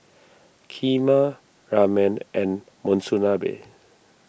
Kheema Ramen and Monsunabe